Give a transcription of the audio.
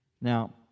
Now